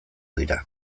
dira